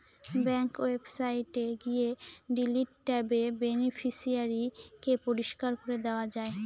bank ওয়েবসাইটে গিয়ে delete ট্যাবে বেনিফিশিয়ারি কে পরিষ্কার করে দেওয়া যায়